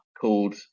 called